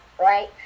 right